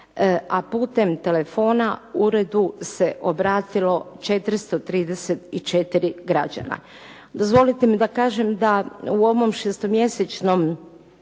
a putem telefona uredu se obratilo 434 građana.